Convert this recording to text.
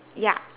ya